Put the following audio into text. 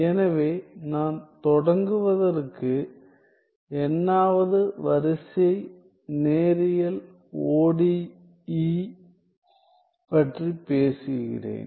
எனவே நான் தொடங்குவதற்கு n ஆவது வரிசை நேரியல் ODE பற்றி பேசுகிறேன்